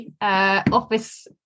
office